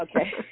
Okay